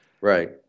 right